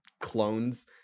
clones